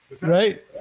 right